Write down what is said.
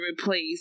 replace